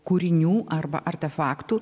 kūrinių arba artefaktų